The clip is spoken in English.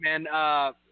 man